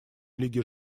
лиги